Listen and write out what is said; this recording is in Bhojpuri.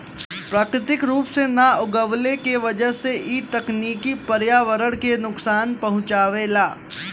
प्राकृतिक रूप से ना उगवले के वजह से इ तकनीकी पर्यावरण के नुकसान पहुँचावेला